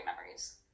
memories